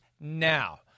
now